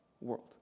world